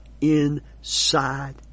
inside